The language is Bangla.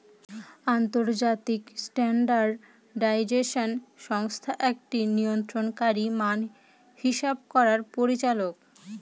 আন্তর্জাতিক স্ট্যান্ডার্ডাইজেশন সংস্থা একটি নিয়ন্ত্রণকারী মান হিসাব করার পরিচালক